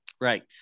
Right